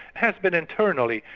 has been internally,